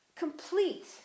Complete